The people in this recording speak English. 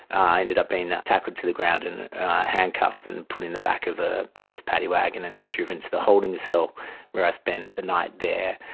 i ended up being tackled to the ground and handcuffed and put in the back of a police paddy wagon and driven to the holding cell where i spent the night there.